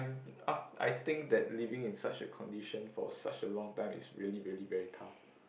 af~ I think that living in such a condition for such a long time is really really very tough